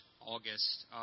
August